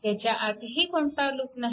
ह्याच्या आतही कोणता लूप नाही